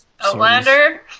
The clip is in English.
Outlander